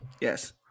Yes